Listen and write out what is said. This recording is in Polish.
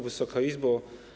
Wysoka Izbo!